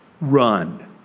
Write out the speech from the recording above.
run